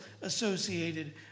associated